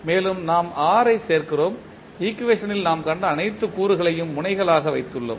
மேலும் நாம் R ஐ சேர்க்கிறோம் ஈக்குவேஷன்ல் நாம் கண்ட அனைத்து கூறுகளையும் முனைகளாக வைத்துள்ளோம்